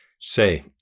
say